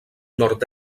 nord